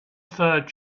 third